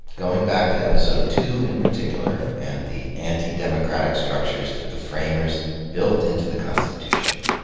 going back to episode two in particular and the anti-democratic structures that the framers built into the constitution.